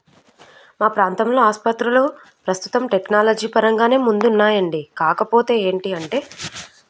మా ప్రాంతంలో ఆసుపత్రులు ప్రస్తుతం టెక్నాలజీ పరంగానే ముందున్నాయండి కాకపోతే ఏంటి అంటే